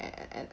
and and and